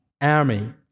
army